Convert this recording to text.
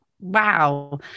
wow